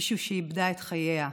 מישהי שאיבדה את חייה,